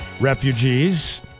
refugees